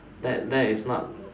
that that is not